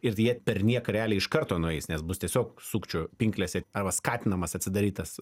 ir jie perniek realiai iš karto nueis nes bus tiesiog sukčių pinklėse arba skatinamas atsidaryt tas